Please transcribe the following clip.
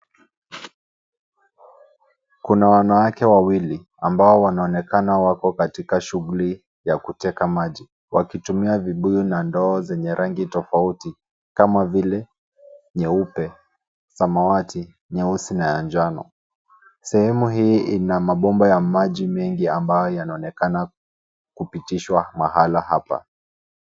Kuna wanawake wawili, ambao wanaonekana wako katika shughuli ya kuteka maji, wakitumia vibuyu na ndoo zenye rangi tofauti, kama vile nyeupe, samawati, nyeusi, na ya njano. Sehemu hii ina mabomba ya maji mengi ambayo yanaonekana, kupitishwa mahala hapa.